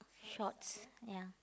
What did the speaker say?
shorts ya